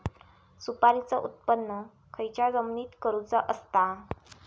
सुपारीचा उत्त्पन खयच्या जमिनीत करूचा असता?